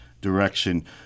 direction